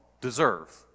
deserve